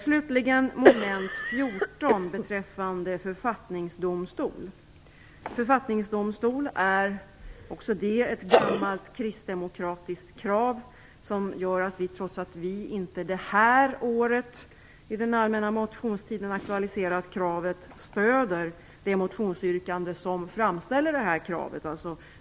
Slutligen moment 14, författningsdomstol, är också det ett gammalt kristdemokratiskt krav som, trots att vi inte i år i den allmänna motionstiden aktualiserat kravet, gör att vi stöder det motionsyrkande i vilket detta krav framställs, dvs.